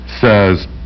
says